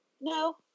No